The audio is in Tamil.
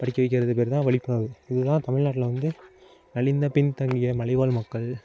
படிக்க வைக்கிறதுக்கு பேர்தான் விழிப்புணர்வு இதுதான் தமிழ்நாட்டில் வந்து நலிந்த பின்தங்கிய மலைவாழ் மக்கள்